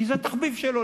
כי זה התחביב שלו,